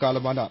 காலமானார்